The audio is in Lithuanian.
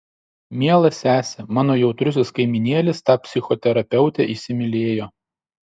miela sese mano jautrusis kaimynėlis tą psichoterapeutę įsimylėjo